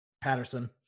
Patterson